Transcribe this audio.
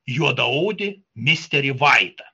juodaodį misterį vaitą